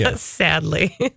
Sadly